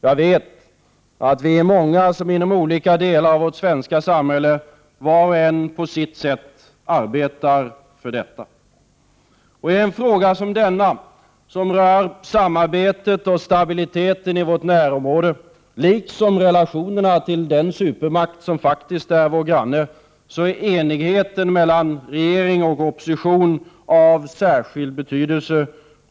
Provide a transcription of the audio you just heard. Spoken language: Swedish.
Jag vet att vi är många som inom olika delar av vårt svenska samhälle var och en på sitt sätt arbetar för detta. Ten fråga som denna, som rör samarbetet och stabiliteten i vårt närområde liksom relationerna till den supermakt som faktist är vår granne, är enigheten mellan regering och opposition av särskild betydelse.